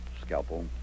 Scalpel